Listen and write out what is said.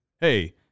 Hey